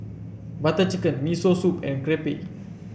Butter Chicken Miso Soup and Crepe